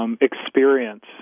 experience